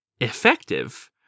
effective